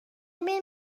ببین